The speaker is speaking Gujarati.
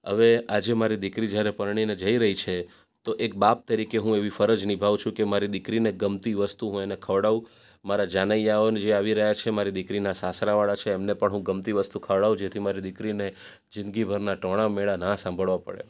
હવે આજે મારી દીકરી જયારે પરણીને જઈ રહી છે તો એક બાપ તરીકે હું એવી ફરજ નિભાવું છું કે મારી દીકરીને ગમતી વસ્તુ હું એને ખવડાવું મારા જાનૈયાઓ જે આવી રહ્યા છે મારી દીકરીના સાસરાવાળા છે અને પણ હું ગમતી વસ્તુ ખવડાવું જેથી કરીને મારી દીકરીને જિંદગી ભરના ટોણામેણા ના સાંભળવા પડે